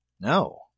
No